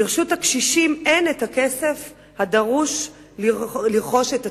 ברשות הקשישים אין הכסף הדרוש לרכוש את התרופות.